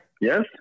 Yes